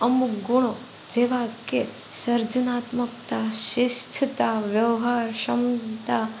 અમુક ગુણો જેવા કે સર્જનાત્મકતા શિસ્તતા વ્યવહાર ક્ષમતા